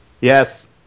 yes